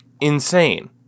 insane